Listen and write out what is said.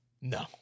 No